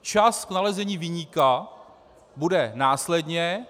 Čas k nalezení viníka bude následně.